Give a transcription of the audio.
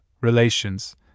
relations